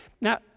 now